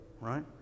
right